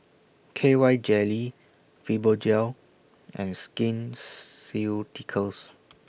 K Y Jelly Fibogel and Skin Ceuticals